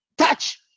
Touch